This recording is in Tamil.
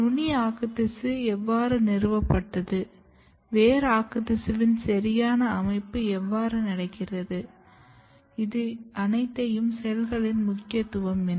நுனி ஆக்குத்திசு எவ்வாறு நிறுவப்பட்டது வேர் ஆக்குத்திசுவின் சரியான அமைப்பு எவ்வாறு நடைபெறுகிறது இந்த அனைத்து செல்களின் முக்கியத்துவம் என்ன